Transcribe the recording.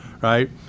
right